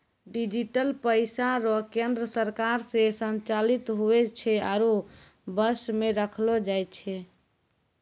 digital पैसा रो केन्द्र सरकार से संचालित हुवै छै आरु वश मे रखलो जाय छै